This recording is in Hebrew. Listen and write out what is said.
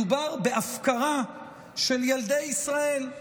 מדובר בהפקרה של ילדי ישראל,